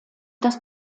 das